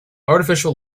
artificial